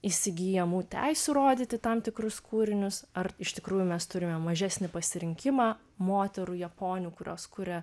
įsigyjamų teisių rodyti tam tikrus kūrinius ar iš tikrųjų mes turime mažesnį pasirinkimą moterų japonių kurios kuria